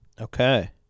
Okay